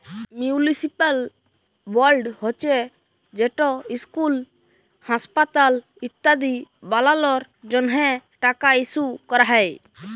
municipal বল্ড হছে যেট ইসকুল, হাঁসপাতাল ইত্যাদি বালালর জ্যনহে টাকা ইস্যু ক্যরা হ্যয়